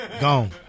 Gone